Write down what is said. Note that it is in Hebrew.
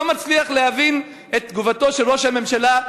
לא מצליח להבין את תגובתו של ראש הממשלה,